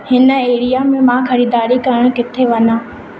हिन एरिया में मां ख़रीदारी करणु किथे वञां